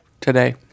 Today